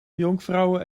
jonkvrouwen